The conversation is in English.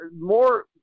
more